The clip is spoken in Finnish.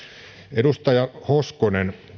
edustaja hoskonen